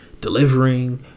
delivering